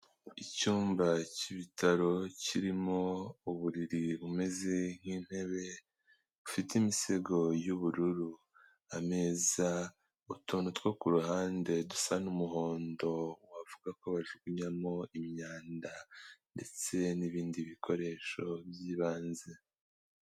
Icyumba cy'ibitaro kirimo uburiri bumeze nk'intebe bufite imisego y'ubururu, ameza, utuntu two ku ruhande dusa n'umuhondo wavuga ko bajugunyamo imyanda ndetse n'ibindi bikoresho by'ibanze.